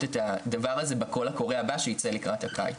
את הדבר הזה בקול הקורא הבא שייצא לקראת הקיץ.